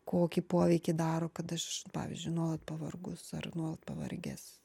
kokį poveikį daro kad aš pavyzdžiui nuolat pavargus ar nuolat pavargęs